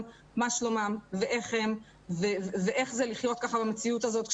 מה שלומם ואיך הם ואיך זה לחיות ככה במציאות הזאת,